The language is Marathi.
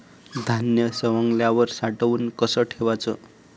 धान्य सवंगल्यावर साठवून कस ठेवाच?